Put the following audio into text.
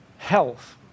health